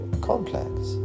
complex